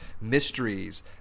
mysteries